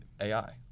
AI